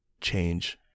change